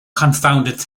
confounded